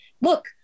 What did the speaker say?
look